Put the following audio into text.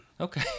Okay